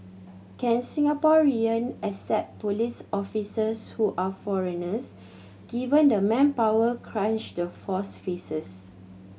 can Singaporean accept police officers who are foreigners given the manpower crunch the force faces